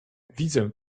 widzę